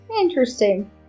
Interesting